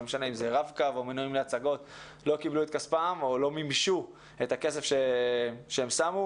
לא קיבלו את כספם או לא מימשו את הכסף שהם שמו.